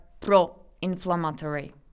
pro-inflammatory